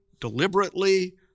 deliberately